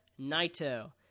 Naito